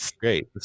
great